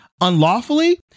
unlawfully